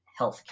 healthcare